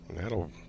That'll